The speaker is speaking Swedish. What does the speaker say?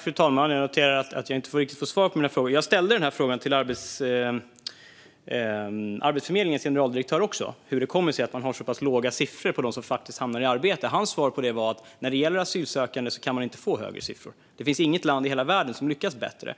Fru talman! Jag noterar att jag inte riktigt får svar på mina frågor. Jag ställde frågan också till Arbetsförmedlingens generaldirektör: Hur kommer det sig att man har så pass låga siffror för dem som faktiskt hamnar i arbete? Hans svar var: När det gäller asylsökande kan man inte få högre siffror. Det finns inget land i hela världen som lyckas bättre.